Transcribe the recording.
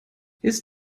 ist